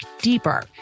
deeper